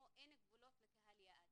אין גבולות לקהל היעד,